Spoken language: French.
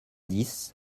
dix